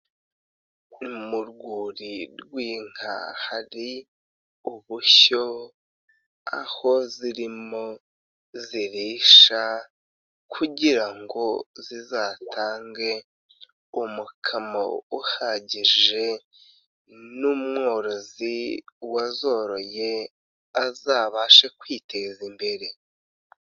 Mu rwuri rw'inka hari ubushyo, aho zirimo zirisha kugira ngo zizatange umukamo uhagije n'umworozi wazoroye azabashe kwiteza imbere.